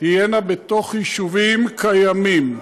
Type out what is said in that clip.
תהיינה בתוך יישובים קיימים.